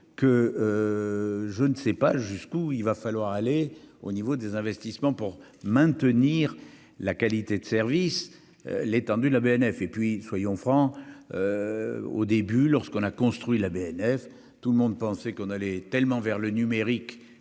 que je ne sais pas jusqu'où il va falloir aller au niveau des investissements pour maintenir la qualité de service, l'étendue, la BNF et puis soyons francs : au début, lorsqu'on a construit la BNF, tout le monde pensait qu'on allait tellement vers le numérique